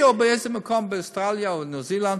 או באיזה מקום באוסטרליה או בניו זילנד,